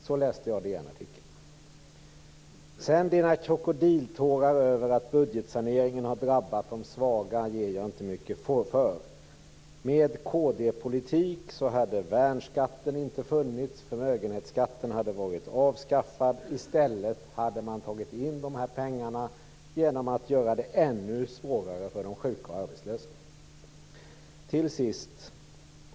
Så läste jag Mats Odells krokodiltårar över att budgetsaneringen har drabbat de svaga ger jag inte mycket för. Med kd-politik hade värnskatten inte funnits och förmögenhetsskatten hade varit avskaffad. I stället hade man tagit in de här pengarna genom att göra det ännu svårare för de sjuka och arbetslösa.